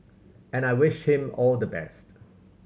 and I wish him all the best